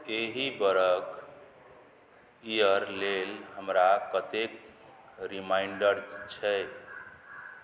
एहि बरख लेल हमरा कतेक रिमाइण्डर छै